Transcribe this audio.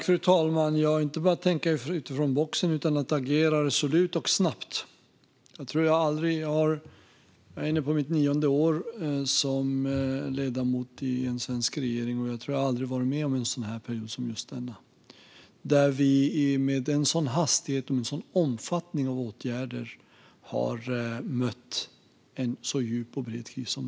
Fru talman! Det gäller inte bara att tänka utanför boxen utan att också agera resolut och snabbt. Jag är inne på mitt nionde år som ledamot i en svensk regering, och jag tror att jag aldrig har varit med om en period som just denna, där vi med åtgärder i en sådan hastighet och av en sådan omfattning har mött en så djup och bred kris.